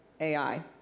AI